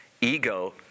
Ego